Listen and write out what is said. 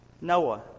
Noah